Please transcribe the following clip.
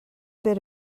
bit